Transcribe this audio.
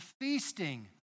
feasting